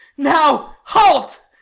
now, halt!